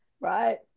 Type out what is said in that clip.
right